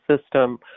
system